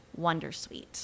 Wondersuite